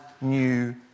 new